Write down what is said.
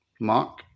Mark